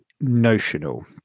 Notional